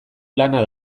lana